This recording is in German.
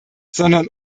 sondern